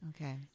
Okay